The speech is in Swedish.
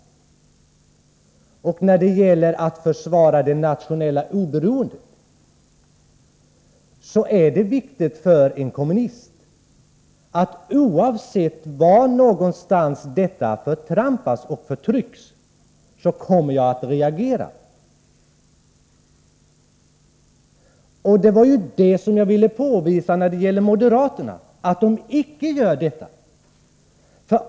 När det gäller att försvara det nationella oberoendet är det viktigt för en kommunist att reagera, oavsett var någonstans detta oberoende förtrampas och förtrycks — och det kommer jag att göra. Och jag vill påvisa att moderaterna inte gör det.